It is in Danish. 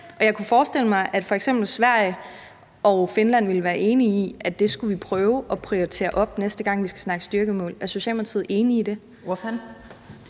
jeg kunne forestille mig, at f.eks. Sverige og Finland ville være enige i, at det skulle vi prøve at prioritere op, næste gang vi skal snakke styrkemål. Er Socialdemokratiet enig i det?